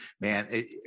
Man